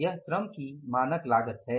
यह श्रम की मानक लागत है